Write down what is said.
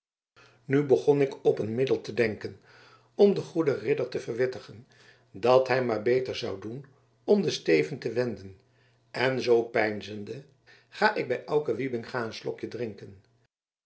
nu begon ik op een middel te denken om den goeden ridder te verwittigen dat hij maar beter zou doen om den steven te wenden en zoo peinzende ga ik bij auke wybinga een slokje drinken